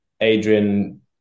Adrian